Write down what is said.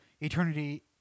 eternity